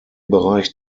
bereich